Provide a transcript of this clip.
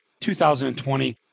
2020